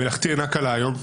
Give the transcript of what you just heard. מלאכתי אינה קלה היום,